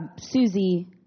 Susie